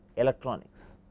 electronics,